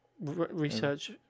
research